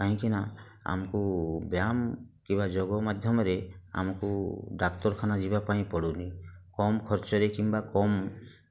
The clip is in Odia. କାହିଁକିନା ଆମକୁ ବ୍ୟାୟମ କିବା ଯୋଗ ମାଧ୍ୟମରେ ଆମକୁ ଡାକ୍ତରଖାନା ଯିବା ପାଇଁ ପଡ଼ୁନି କମ୍ ଖର୍ଚ୍ଚରେ କିମ୍ବା ବା କମ୍